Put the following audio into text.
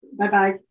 Bye-bye